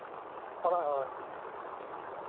ᱟᱨᱚ ᱦᱳᱭ